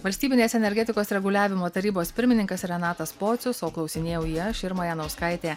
valstybinės energetikos reguliavimo tarybos pirmininkas renatas pocius o klausinėjau jį aš irma janauskaitė